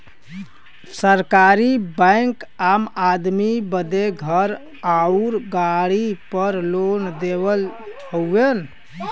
सरकारी बैंक आम आदमी बदे घर आउर गाड़ी पर लोन देवत हउवन